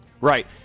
right